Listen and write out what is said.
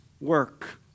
work